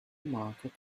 market